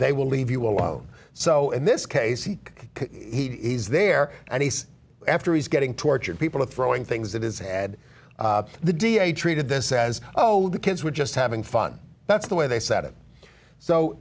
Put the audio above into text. they will leave you alone so in this case he he's there and he's after he's getting tortured people are throwing things at his had the d a treated this as oh the kids were just having fun that's the way they set it so